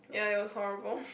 ya it was horrible